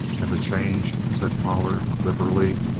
and the change, said pollard liberally,